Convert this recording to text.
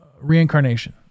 reincarnation